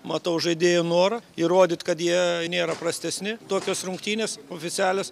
matau žaidėjų norą įrodyt kad jie nėra prastesni tokios rungtynės oficialios